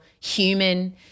human